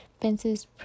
fences